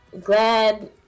glad